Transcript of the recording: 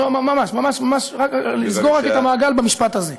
ממש ממש לסגור את המעגל במשפט הזה.